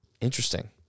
Interesting